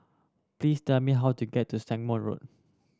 please tell me how to get to Stagmont Road